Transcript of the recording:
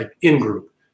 in-group